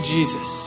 Jesus